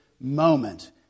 moment